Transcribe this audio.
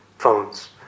phones